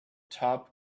top